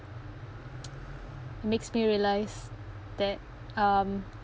makes me realise that um